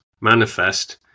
manifest